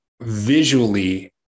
visually